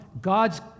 God's